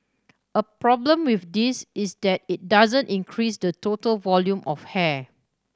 a problem with this is that it doesn't increase the total volume of hair